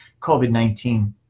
COVID-19